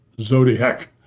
Zodiac